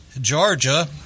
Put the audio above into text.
Georgia